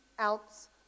ounce